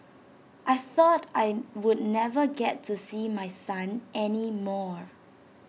I thought I would never get to see my son any more